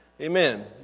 Amen